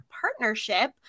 partnership